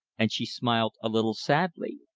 and she smiled a little sadly.